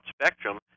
spectrum